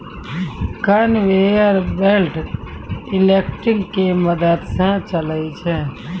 conveyor belt electric के मदद स चलै छै